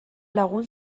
lagun